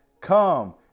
come